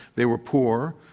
they were poor.